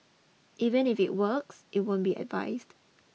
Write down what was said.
even if it works it won't be advised